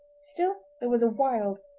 still there was a wild,